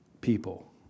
people